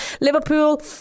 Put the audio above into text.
Liverpool